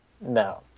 No